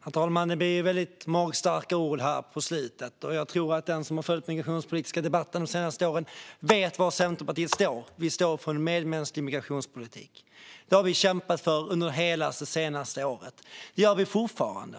Herr talman! Det blev väldigt magstarka ord på slutet. Jag tror att den som har följt den migrationspolitiska debatten de senaste åren vet var Centerpartiet står. Vi står för en medmänsklig migrationspolitik. Detta har vi kämpat för under hela det senaste året, och det gör vi fortfarande.